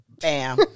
Bam